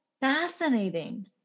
fascinating